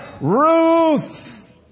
Ruth